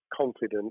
confident